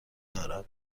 دارد